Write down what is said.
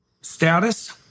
status